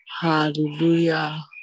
Hallelujah